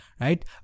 right